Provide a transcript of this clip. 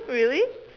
really